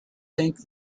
think